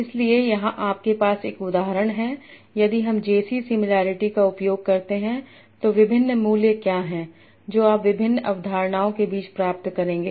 इसलिए यहां आपके पास एक उदाहरण है कि यदि हम जे सी सिमिलॅरिटी का उपयोग करते हैं तो विभिन्न मूल्य क्या हैं जो आप विभिन्न अवधारणाओं के बीच प्राप्त करेंगे